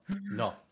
No